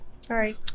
sorry